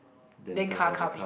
then car come in